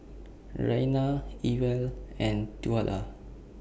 Raina Ewell and Twila